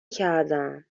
کردم